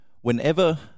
Whenever